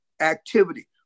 activity